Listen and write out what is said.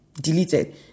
Deleted